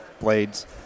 blades